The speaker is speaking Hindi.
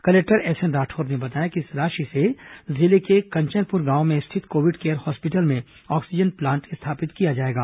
कलेक्टर एसएन राठौर ने बताया कि इस राशि से जिले के कंचनपुर गांव में स्थित कोविड केयर हॉस्पिटल में ऑक्सीजन प्लांट स्थापित किया जाएगा